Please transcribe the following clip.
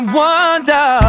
wonder